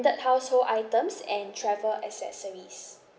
branded household items and travel accessories